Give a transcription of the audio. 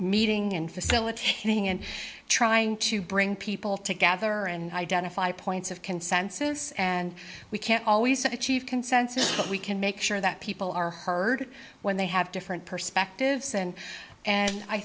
meeting and facilitating and trying to bring people together and identify points of consensus and we can't always have a chief consensus but we can make sure that people are heard when they have different perspectives and and i